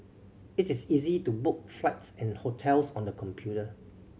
it is easy to book flights and hotels on the computer